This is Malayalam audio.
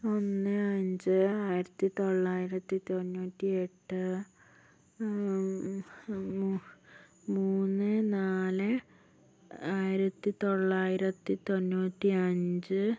ഒന്ന് അഞ്ച് ആയിരത്തിത്തൊള്ളായിരത്തി തൊണ്ണൂറ്റിയെട്ട് മൂന്ന് നാല് ആയിരത്തിത്തൊള്ളായിരത്തി തൊണ്ണൂറ്റി അഞ്ച്